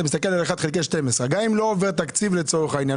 אתה מסתכל על 1 חלקי 12. גם אם לא עובר תקציב לצורך העניין,